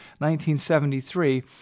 1973